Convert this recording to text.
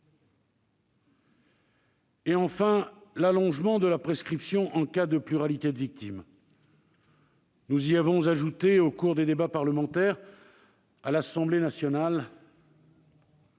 et, enfin, l'allongement de la prescription en cas de pluralité des victimes. Nous y avons ajouté au cours des débats parlementaires à l'Assemblée nationale